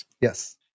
Yes